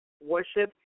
worship